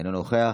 אינו נוכח,